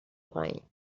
پایین